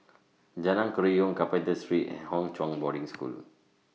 Jalan Kerayong Carpenter Street and Hwa Chong Boarding School